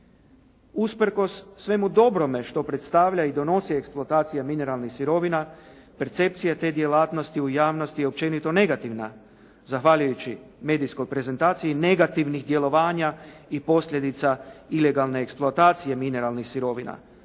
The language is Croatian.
Usprkos svemu dobrome što predstavlja i donosi eksploatacija mineralnih sirovina percepcija te djelatnosti u javnosti je općenito negativna zahvaljujući medijskoj prezentaciji negativnih djelovanja i posljedica ilegalne eksploatacije mineralnih sirovina,